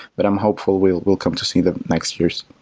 but i'm hopeful we will come to see them next years.